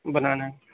بنانا ہے